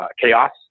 chaos